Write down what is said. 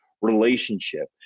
relationship